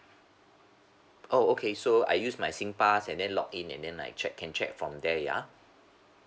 oh okay so I use my singpass and then log in and then like check can check from there ya